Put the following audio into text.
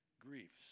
griefs